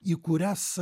į kurias